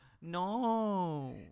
No